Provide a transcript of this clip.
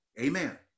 Amen